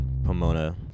Pomona